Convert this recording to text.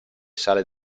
sale